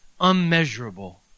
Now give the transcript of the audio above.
unmeasurable